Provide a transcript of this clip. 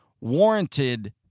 warranted